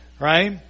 right